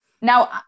Now